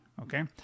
Okay